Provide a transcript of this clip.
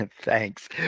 Thanks